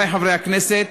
חברי חברי הכנסת,